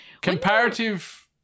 Comparative